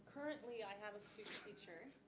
currently i have a student teacher.